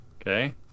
okay